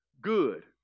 good